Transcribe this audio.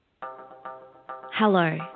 Hello